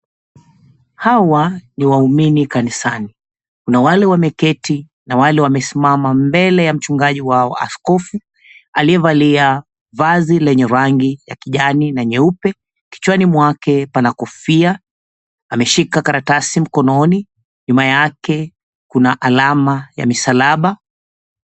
Hawa ni waumini kanisani, kuna wale wameketi na wale wamesimama mbele ya mchungaji wao Askofu, aliyevalia vazi lenye rangi ya kijani na nyeupe. Kichwani mwake pana kofia, ameshika karatasi mkononi. Nyuma yake, kuna alama ya misalaba.